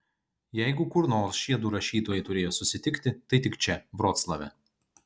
jeigu kur nors šie du rašytojai turėjo susitikti tai tik čia vroclave